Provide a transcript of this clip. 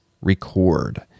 record